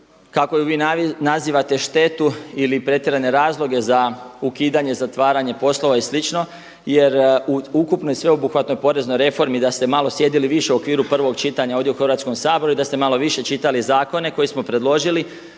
kako ju vi nazivate, štetu ili pretjerane razloge za ukidanje zatvaranje poslova i slično jer u ukupnoj i sveobuhvatnoj poreznoj reformi da ste malo sjedili više u okviru prvog čitanja ovdje u Hrvatskom saboru i da ste mali više čitali zakone koje smo predložili